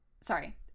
sorry